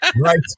Right